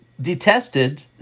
detested